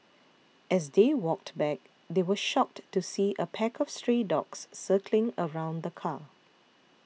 as they walked back they were shocked to see a pack of stray dogs circling around the car